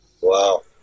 wow